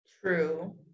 True